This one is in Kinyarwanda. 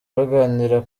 baganira